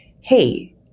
Hey